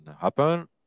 happen